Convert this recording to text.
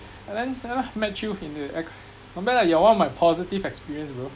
and then ya lah met you in the aircr~ not bad lah you're one of my positive experience bro